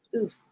oof